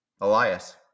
elias